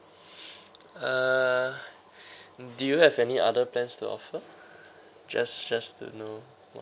uh do you have any other plans to offer just just to know